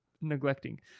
neglecting